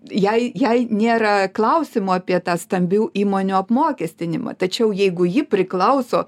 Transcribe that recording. jai jai nėra klausimų apie tą stambių įmonių apmokestinimą tačiau jeigu ji priklauso